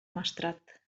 maestrat